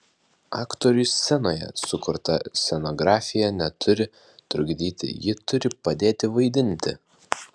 aktoriui scenoje sukurta scenografija neturi trukdyti ji turi padėti vaidinti